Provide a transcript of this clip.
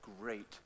great